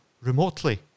remotely